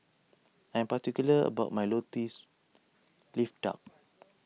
I'm particular about my Lotus Leaf Duck